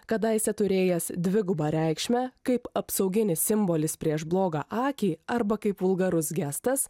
kadaise turėjęs dvigubą reikšmę kaip apsauginis simbolis prieš blogą akį arba kaip vulgarus gestas